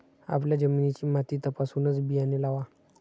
आपल्या जमिनीची माती तपासूनच बियाणे लावा